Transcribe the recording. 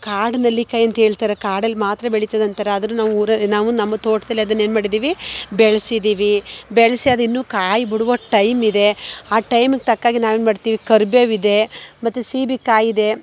ಕಾಡು ನೆಲ್ಲಿಕಾಯಿ ಅಂಥೇಳ್ತಾರೆ ಕಾಡಲ್ಲಿ ಮಾತ್ರ ಬೆಳೀತದಂತಾರೆ ಅದನ್ನು ನಾವು ಊರಾಗ ನಾವು ನಮ್ಮ ತೋಟದಲ್ಲಿ ಅದನ್ನ ಏನು ಮಾಡಿದ್ದೀವಿ ಬೆಳ್ಸಿದ್ದೀವಿ ಬೆಳೆಸಿ ಅದು ಇನ್ನೂ ಕಾಯಿ ಬಿಡುವ ಟೈಮಿದೆ ಆ ಟೈಮಿಗೆ ತಕ್ಕ ಹಾಗೆ ನಾವೇನು ಮಾಡ್ತೀವಿ ಕರಿಬೇವಿದೆ ಮತ್ತೆ ಸೀಬೆ ಕಾಯಿ ಇದೆ